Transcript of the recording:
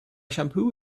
shampoo